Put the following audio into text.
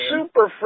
Super